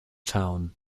town